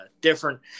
different